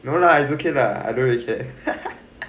no lah it's okay lah I don't really care